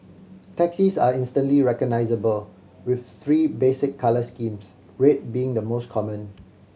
taxis are instantly recognisable with three basic colour schemes red being the most common